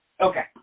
Okay